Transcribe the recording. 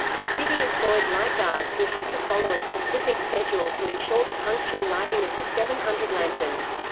the city employed light guards who had to follow a specific schedule to ensure the punctual lighting of the seven hundred lanterns.